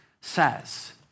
says